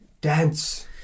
Dance